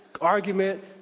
argument